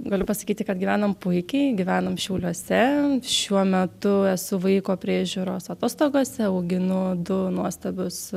galiu pasakyti kad gyvenam puikiai gyvenam šiauliuose šiuo metu esu vaiko priežiūros atostogose auginu du nuostabius